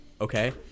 Okay